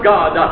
God